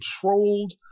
controlled